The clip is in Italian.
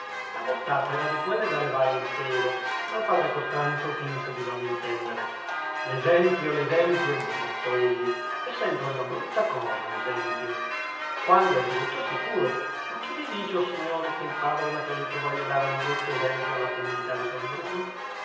la bottata era di quelle da levare il pelo ma il padre costanzo finse di non intendere l'esempio l'esempio borbottò egli è sempre una brutta cosa l'esempio quando è brutto sicuro ma chi vi dice o signori che il padre anacleto voglia dare un brutto esempio alla comunità di san bruno